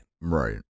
Right